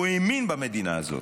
הוא האמין במדינה הזאת,